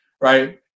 right